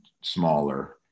smaller